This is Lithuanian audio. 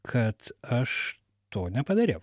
kad aš to nepadariau